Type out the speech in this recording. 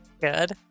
Good